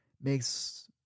makes